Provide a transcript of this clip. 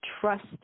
trust